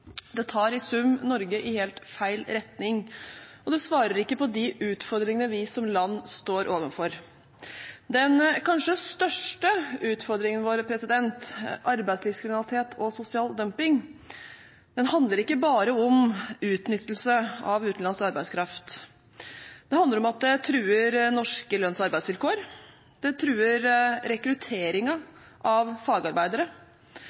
Det tar i sum Norge i helt feil retning, og det svarer ikke på de utfordringene vi som land står overfor. Den kanskje største utfordringen vår, arbeidslivskriminalitet og sosial dumping, handler ikke bare om utnyttelse av utenlandsk arbeidskraft. Det handler om at det truer norske lønns- og arbeidsvilkår, det truer rekrutteringen av fagarbeidere,